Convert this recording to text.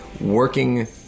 working